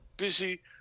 busy